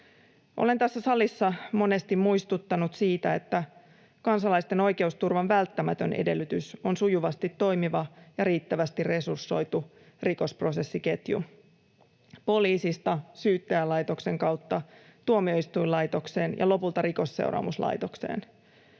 Olen tässä salissa monesti muistuttanut siitä, että kansalaisten oikeusturvan välttämätön edellytys on sujuvasti toimiva ja riittävästi resursoitu rikosprosessiketju poliisista syyttäjälaitoksen kautta tuomioistuinlaitokseen ja lopulta Rikosseuraamuslaitokseen.